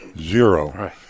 zero